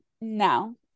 no